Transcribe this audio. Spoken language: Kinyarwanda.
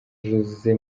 jose